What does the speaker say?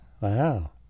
Wow